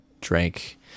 drank